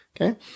Okay